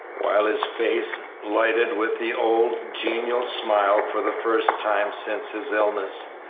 while his face lighted with the old genial smile for the first time since his illness.